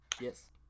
Yes